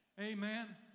Amen